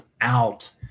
out